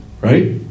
Right